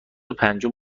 پنجم